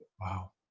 Wow